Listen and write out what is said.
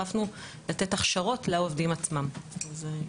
רוחביות ולתת יתרון לגודל לרשויות השונות בהסתכלות דיפרנציאלית.